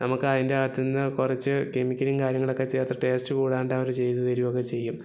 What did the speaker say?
നമുക്ക് അതിൻറെ അകത്തുനിന്ന് കുറച്ച് കെമിക്കലും കാര്യങ്ങളൊക്കെ ചേർത്തിട്ട് ടേസ്റ്റ് കൂടാണ്ടവർ ചെയ്ത് തരുകയൊക്കെ ചെയ്യും